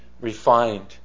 refined